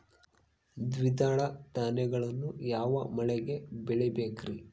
ದ್ವಿದಳ ಧಾನ್ಯಗಳನ್ನು ಯಾವ ಮಳೆಗೆ ಬೆಳಿಬೇಕ್ರಿ?